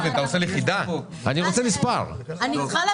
נספור את זה במדויק כדי שניתן תשובה.